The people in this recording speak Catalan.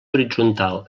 horitzontal